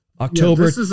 October